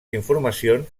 informacions